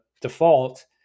default